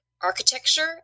Architecture